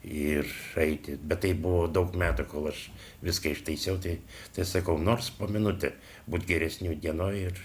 ir eiti bet taip buvo daug metų kol aš viską ištaisiau tai tai sakau nors po minutę būt geresniu dienoj ir